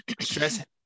Stress